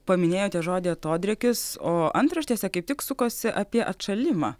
paminėjote žodį atodrėkis o antraštėse kaip tik sukosi apie atšalimą